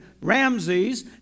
Ramses